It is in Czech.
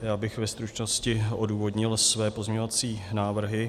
Já bych ve stručnosti odůvodnil své pozměňovací návrhy.